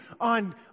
on